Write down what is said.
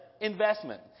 investment